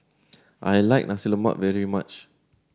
I like Nasi Lemak very much